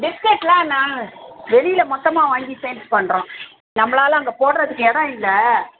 பிஸ்கெட்லாம் நான் வெளியில் மொத்தமாக வாங்கி சேல்ஸ் பண்ணுறோம் நம்மளால் அங்கே போடுறதுக்கு இடம் இல்லை